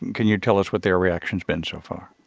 can you tell us what their reaction's been so far?